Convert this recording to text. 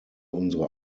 unsere